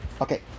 Okay